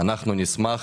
אנחנו נשמח,